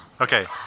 Okay